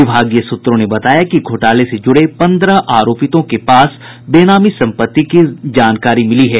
विभागीय सूत्रों ने बताया कि घोटाले से जुड़े पन्द्रह आरोपितों के पास बेनामी सम्पत्ति की जानकारी मिली है